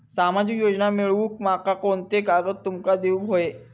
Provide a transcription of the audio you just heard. सामाजिक योजना मिलवूक माका कोनते कागद तुमका देऊक व्हये?